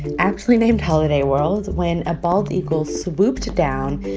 and actually named holiday world when a bald eagle swooped down,